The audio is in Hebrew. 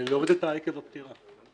להוריד את "עקב הפטירה".